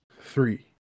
Three